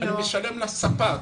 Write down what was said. אני משלם לספק.